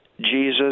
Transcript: Jesus